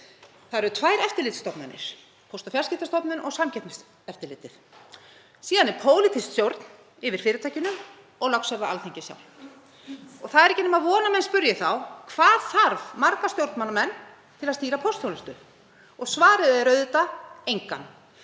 Þá eru tvær eftirlitsstofnanir, Póst- og fjarskiptastofnun og Samkeppniseftirlitið. Síðan er pólitísk stjórn yfir fyrirtækinu og loks Alþingi sjálft. Það er ekki nema von að menn spyrji þá: Hvað þarf marga stjórnmálamenn til að stýra póstþjónustu? Og svarið er auðvitað: Engan,